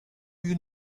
you